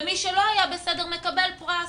ומי שלא היה בסדר מקבל פרס.